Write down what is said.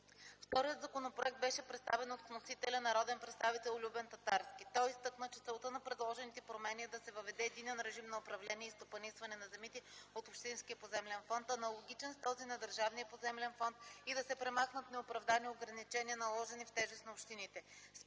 Вторият законопроект беше представен от вносителя народния представител Любен Татарски. Той изтъкна, че целта на предложените промени е да се въведе единен режим на управление и стопанисване на земите от общинския поземлен фонд, аналогичен с този на държавния поземлен фонд и да се премахнат неоправдани ограничения, наложени в тежест на общините.